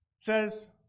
says